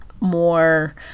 more